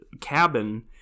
cabin